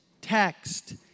text